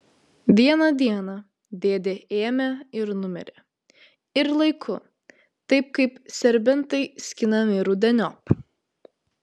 vieną dieną dėdė ėmė ir numirė ir laiku taip kaip serbentai skinami rudeniop